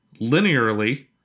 Linearly